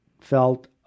felt